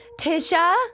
Tisha